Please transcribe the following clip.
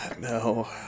no